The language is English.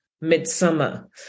midsummer